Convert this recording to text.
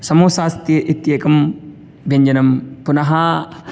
तत्र समोसास्ति इत्येकं व्यञ्जनं पुनः